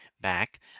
back